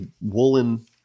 woolen